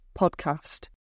podcast